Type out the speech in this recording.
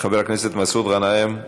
חבר הכנסת מסעוד גנאים,